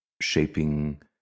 shaping